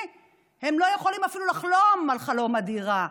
הם לא יכולים אפילו לחלום את חלום הדירה?